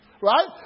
right